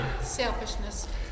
Selfishness